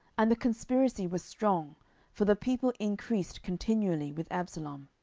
and the conspiracy was strong for the people increased continually with absalom.